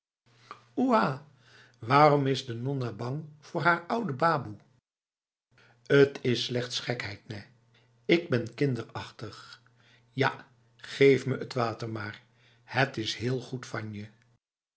oeah waarom is de nonna bang voor haar oude baboe t is slechts gekheid nèh ik ben kinderachtig ja geef me het water maar het is heel goed van jef